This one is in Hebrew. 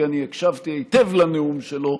כי אני הקשבתי היטב לנאום שלו,